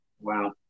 Wow